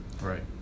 Right